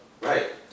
Right